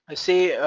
ah say,